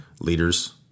leaders